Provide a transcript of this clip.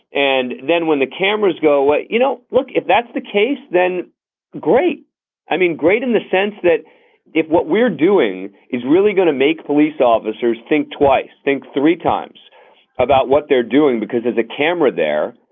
and then when the cameras go away, you know, look, if that's the case, then great i mean, great in the sense that if what we're doing is really going to make police officers think twice, think three times about what they're doing because there's a camera there,